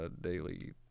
daily